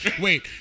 Wait